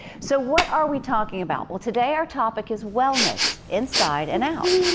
so what are we talking about? well, today our topic is wellness inside and out.